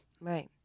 Right